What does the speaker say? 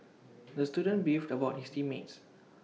the student beefed about his team mates